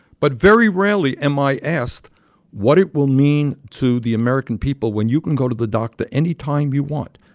but very rarely am i asked what it will mean to the american people when you can go to the doctor anytime you want.